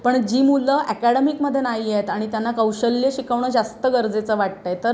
पण जी मुलं ॲकॅडमिकमध्ये नाही आहेत आणि त्यांना कौशल्य शिकवणं जास्त गरजेचं वाटतं आहे तर